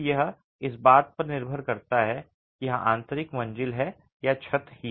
फिर यह इस बात पर निर्भर करता है कि यह आंतरिक मंजिल है या छत ही